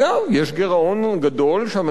יש גירעון גדול שהממשלה